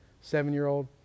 seven-year-old